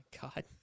God